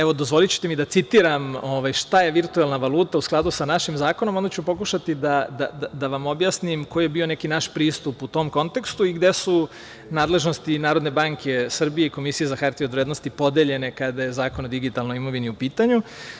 Evo, dozvolićete mi da citiram šta je virtuelna valuta u skladu sa našim zakonom i onda ću pokušati da vam objasnim koji je bio neki naš pristup u kom kontekstu i gde su nadležnosti Narodne banke Srbije i Komisije za hartije od vrednosti podeljene kada je Zakon o digitalnoj imovini u pitanju.